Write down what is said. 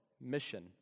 mission